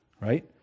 right